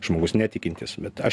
žmogus netikintis bet aš